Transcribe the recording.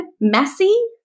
messy